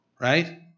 right